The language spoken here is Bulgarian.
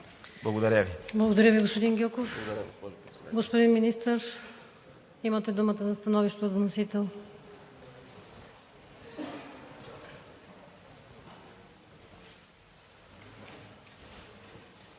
ВАСИЛЕВА: Благодаря Ви, господин Гьоков. Господин Министър, имате думата за становище от вносител.